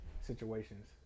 situations